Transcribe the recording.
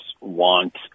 want